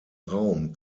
raum